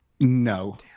No